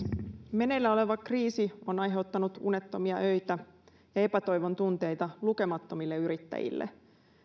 meneillään oleva kriisi on aiheuttanut unettomia öitä ja epätoivon tunteita lukemattomille yrittäjille